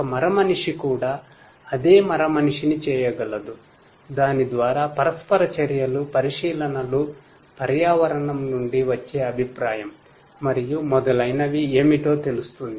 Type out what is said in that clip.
ఒక మరమనిషి కూడా అదే మరమనిషిని చేయగలదు దాని ద్వారా పరస్పర చర్యలు పరిశీలనలు పర్యావరణం నుండి వచ్చే అభిప్రాయం మరియు మొదలైనవి ఏమిటో తెలుస్తుంది